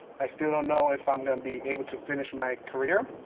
i still don't know if i'm gonna be able to finish my career,